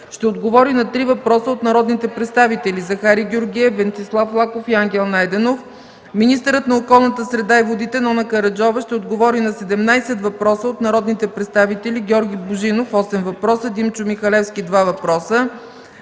ще отговори на 3 въпроса от народните представители Захари Георгиев, Венцислав Лаков, и Ангел Найденов. Министърът на околната среда и водите Нона Караджова ще отговори на 17 въпроса от народните представители Георги Божинов – 8 въпроса, Димчо Михалевски – 2 въпроса,